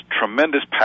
tremendous